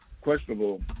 questionable